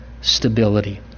stability